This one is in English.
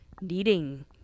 needing